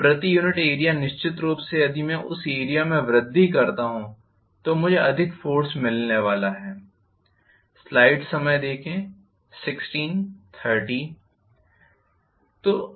प्रति unit area निश्चित रूप से यदि मैं उस एरिया में वृद्धि करता हूं तो मुझे अधिक फोर्स मिलने वाला है